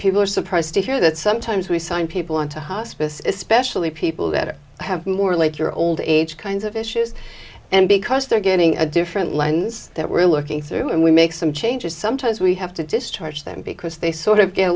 people are surprised to hear that sometimes we sign people into hospice is especially people that have more like your old age kinds of issues and because they're getting a different lens that we're looking through and we make some changes sometimes we have to discharge them because they sort of get a